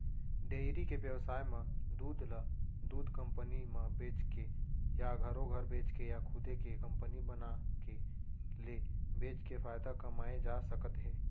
dairy के बेवसाय म दूद ल दूद कंपनी म बेचके या घरो घर बेचके या खुदे के कंपनी बनाके ले बेचके फायदा कमाए जा सकत हे